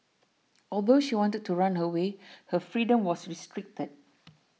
although she wanted to run away her freedom was restricted